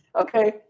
okay